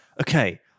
okay